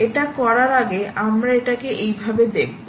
এটা করার আগে আমরা এটাকে এইভাবে দেখব